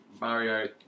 Mario